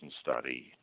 study